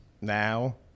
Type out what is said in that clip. now